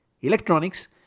electronics